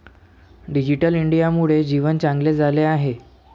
digital इंडियामुळे जीवन चांगले झाले आहे